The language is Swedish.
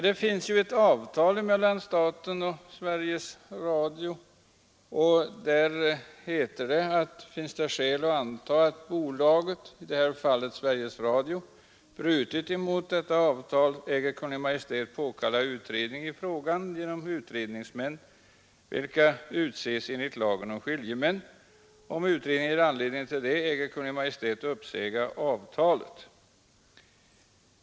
Det finns ju ett avtal mellan staten och Sveriges Radio där det heter att om det finns skäl att anta att bolaget brutit mot detta avtal äger Kungl. Maj:t påkalla utredning i frågan genom utredningsmän vilka utses enligt lagen om skiljemän. Om utredningen ger anledning till det äger Kungl. Maj:t uppsäga avtalet.